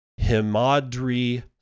Himadri